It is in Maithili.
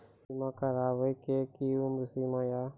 बीमा करबे के कि उम्र सीमा या?